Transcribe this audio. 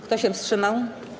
Kto się wstrzymał?